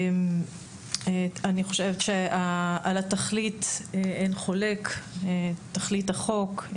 אני חושבת שעל התכלית אין חולק, תכלית החוק.